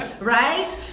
right